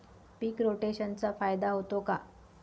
पीक रोटेशनचा फायदा होतो का?